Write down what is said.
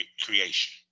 creation